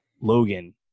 Logan